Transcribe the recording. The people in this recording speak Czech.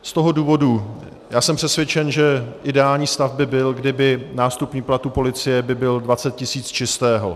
Z toho důvodu jsem přesvědčen, že ideální stav by byl, kdyby nástupní plat u policie byl 20 tisíc čistého.